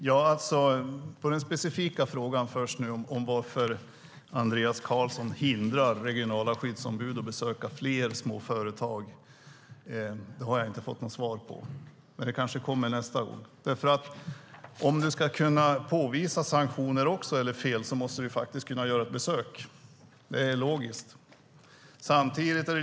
Fru talman! Den specifika frågan, varför Andreas Carlson hindrar regionala skyddsombud att besöka fler små företag, har jag inte fått något svar på. Det kanske kommer i nästa replik. Om du ska kunna påvisa sanktioner eller fel måste du kunna göra besök. Det är logiskt.